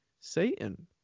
Satan